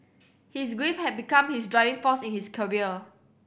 his grief had become his driving force in his career